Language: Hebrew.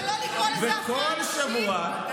אבל לא לקרוא לזה "הפרעה נפשית".